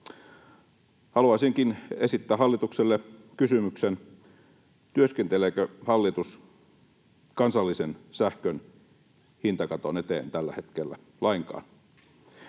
Haluaisinkin esittää hallitukselle kysymyksen: työskenteleekö hallitus kansallisen sähkön hintakaton eteen tällä hetkellä lainkaan?